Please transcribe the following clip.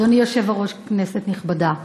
אדוני היושב-ראש, כנסת נכבדה,